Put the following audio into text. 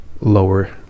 lower